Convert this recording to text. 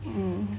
mm